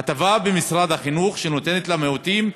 הטבה במשרד החינוך שניתנת למיעוטים,